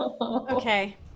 okay